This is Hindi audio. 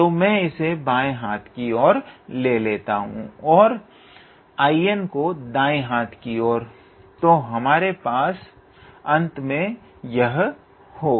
तो मैं इसे बाएं हाथ की ओर ले लेता हूं और 𝐼𝑛 को दाएं हाथ की ओर तो अंततः हमारे पास यह होगा